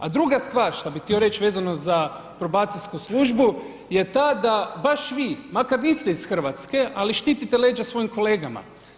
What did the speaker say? A druga stvar šta bi htio reći vezano za probacijsku službu je ta da baš vi, makar niste iz Hrvatske ali štitite leđa svojim kolegama.